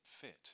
fit